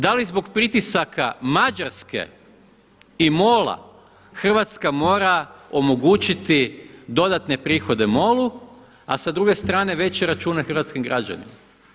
Da li zbog pritisaka Mađarske i MOL-a Hrvatska mora omogućiti dodatne prihode MOL-u, a sa druge strane veće račune hrvatskim građanima.